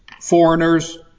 foreigners